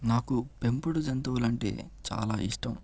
నాకు పెంపుడు జంతువులంటే చాలా ఇష్టం